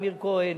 טמיר כהן,